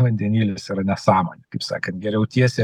vandenilis yra nesąmonė kaip sakant geriau tiesiai